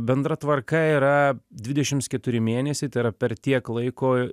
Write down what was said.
bendra tvarka yra dvidešims keturi mėnesiai tai per tiek laiko